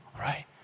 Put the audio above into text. Right